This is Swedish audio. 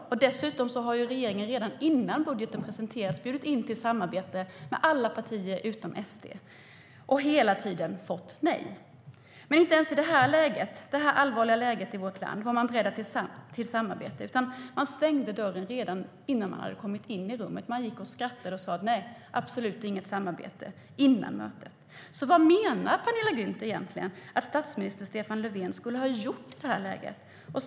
Dessutom hade regeringen redan innan budgeten presenterades bjudit in till samarbete med alla partier utom SD. Regeringen har hela tiden fått nej. Inte ens i det här allvarliga läget i vårt land var man beredd att samarbeta, utan man stängde dörren redan innan man hade kommit in i rummet. Man gick före mötet och skrattade och sa: Nej, absolut inget samarbete. Vad menar Penilla Gunther egentligen att statsminister Stefan Löfven skulle ha gjort i det läget?